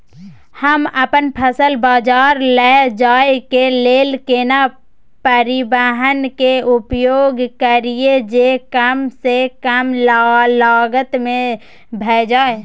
हम अपन फसल बाजार लैय जाय के लेल केना परिवहन के उपयोग करिये जे कम स कम लागत में भ जाय?